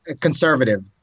conservative